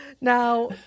Now